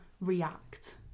react